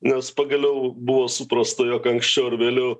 nes pagaliau buvo suprasta jog anksčiau ar vėliau